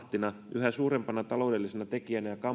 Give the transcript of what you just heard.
yhä suurempana taloudellisena tekijänä ja